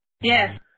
Yes